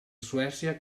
suècia